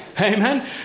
amen